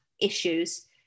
issues